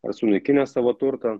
ar sunaikinęs savo turtą